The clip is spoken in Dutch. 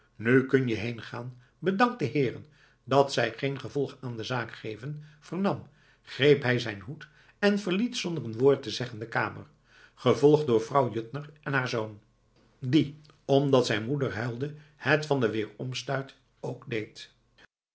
nu kun je heengaan bedank de heeren dat zij geen gevolg aan de zaak geven vernam greep hij zijn hoed en verliet zonder een woord te zeggen de kamer gevolgd door vrouw juttner en haar zoon die omdat zijn moeder huilde het van den weeromstuit ook deed